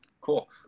Cool